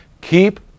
Keep